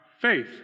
faith